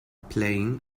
playing